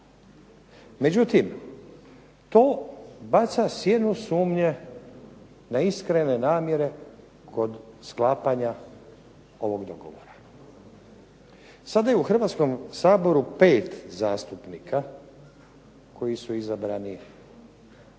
Međutim, to baca sjenu sumnje na iskrene namjere kod sklapanja ovog dogovora. Sada je u Hrvatskom saboru pet zastupnika koji su izabrani glasovima